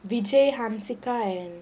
vijay hansika and